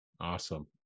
Awesome